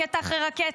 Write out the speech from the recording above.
רקטה אחרי רקטה,